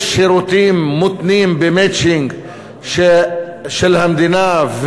יש שירותים מותנים במצ'ינג של המדינה,